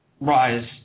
rise